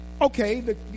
Okay